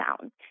sound